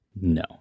No